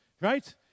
right